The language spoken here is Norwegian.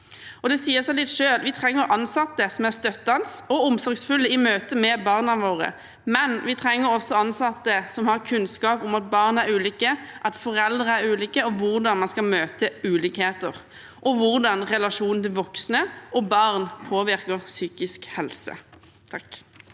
Det sier seg litt selv: Vi trenger ansatte som er støttende og omsorgsfulle i møte med barna våre, men vi trenger også ansatte som har kunnskap om at barn er ulike, at foreldre er ulike, om hvordan man skal møte ulikheter, og om hvordan relasjonen mellom voksne og barn påvirker psykisk helse. Ramani